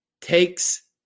takes